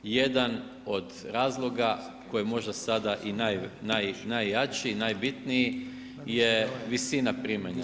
Jedan od razloga koji je možda sada i najjači i najbitniji je visina primanja.